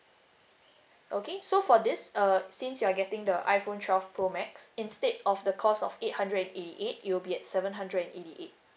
okay so for this uh since you are getting the iPhone twelve pro max instead of the cost of eight hundred and eighty eight it will be at seven hundred and eighty eight